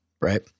right